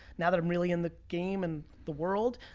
now that i'm really in the game and the world.